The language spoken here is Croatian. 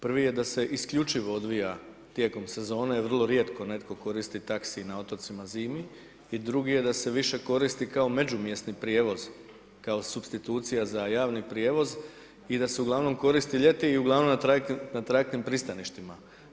Prvi je da se isključivo odvija tijekom sezone jer vrlo rijetko netko koristi taxi na otocima zimi i drugi je da se više koristi kao međumjesni prijevoz, kao supstitucija za javni prijevoz i da se uglavnom koristi ljeti i uglavnom na trajektnim pristaništima.